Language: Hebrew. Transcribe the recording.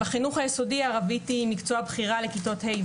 בחינוך היסודי ערבית היא מקצוע בחירה לכיתות ה',